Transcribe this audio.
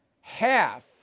half